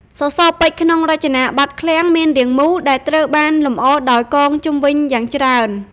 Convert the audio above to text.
សសរពេជ្រក្នុងរចនាបថឃ្លាំងមានរាងមូល ដែលត្រូវបានលម្អដោយកងជុំវិញយ៉ាងច្រើន។